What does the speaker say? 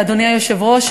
אדוני היושב-ראש,